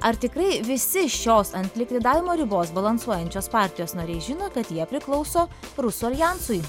ar tikrai visi šios ant likvidavimo ribos balansuojančios partijos nariai žino kad jie priklauso rusų aljansui